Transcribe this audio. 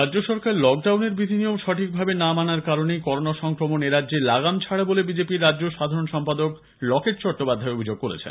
রাজ্য সরকার লকডাউনের বিধিনিয়ম সঠিকভাবে না মানার কারনেই করোনা সংক্রমণ এরাজ্যে লাগামছাড়া বলে বিজেপির রাজ্য সাধারণ সম্পাদক লকেট চট্টোপাধ্যায় অভিযোগ করেছেন